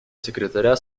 секретаря